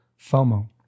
FOMO